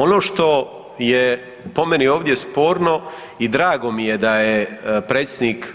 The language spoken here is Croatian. Ono što je po meni ovdje sporno i drago mi je da je predsjednik